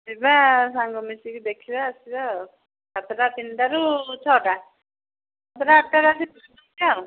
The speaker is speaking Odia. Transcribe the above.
ଯିବା ସାଙ୍ଗ ମିଶିକି ଦେଖିବା ଆସିବା ଆଉ ସାତଟା ତିନି'ଟା ରୁ ଛଅଟା ସାତଟା ଆଠ'ଟା ରୁ ଆସିକି ଆଉ